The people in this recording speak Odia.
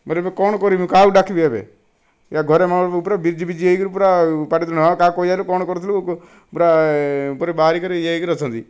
ବଲେ ଏବେ କ'ଣ କରିବି କାହାକୁ ଡାକିବି ଏବେ ଇଆଡ଼େ ଘରେ ମୋ ଉପରେ ବିଜି ବିଜି ହୋଇ କରି ପୁରା ପାଟିତୁଣ୍ଡ ହାଁ କାହାକୁ କହିବାରୁ କ'ଣ କରିଥିଲୁ ପୁରା ପୁରି ବାହାରି କରି ୟେ ଇକିରି ଅଛନ୍ତି